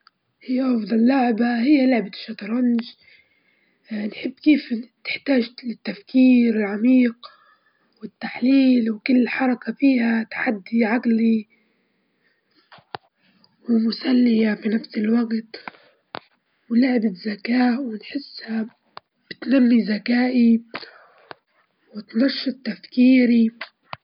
نحب الجبال أكثر، لإنها تعطي إحساس بالراحة والهدوء نجدر نطلع ونتمشى بين الصخور ونشوف مناظر جميلة وطبيعية بعيدة عن زحمة الحياة، والبحر حلو برضه لكن نخاف منه هلبا.